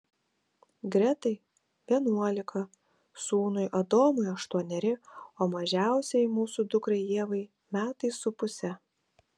gretai vienuolika sūnui adomui aštuoneri o mažiausiajai mūsų dukrai ievai metai su puse